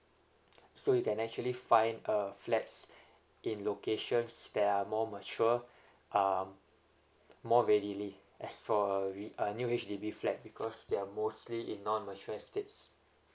so you can actually find a flats in locations that are more mature um more readily as for a re~ a new H_D_B flat because they're mostly in non mature estate